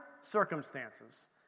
circumstances